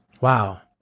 Wow